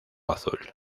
azul